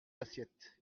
l’assiette